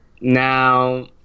Now